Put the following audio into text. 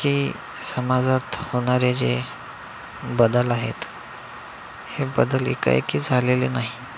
की समाजात होणारे जे बदल आहेत हे बदल एकाएकी झालेले नाही